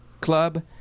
club